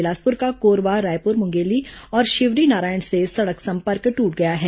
बिलासपुर का कोरबा रायपुर मुंगेली और शिवरीनारायण से सड़क संपर्क दूट गया है